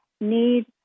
need